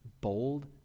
Bold